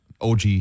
OG